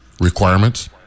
requirements